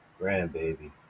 grandbaby